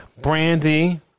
Brandy